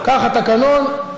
כך התקנון.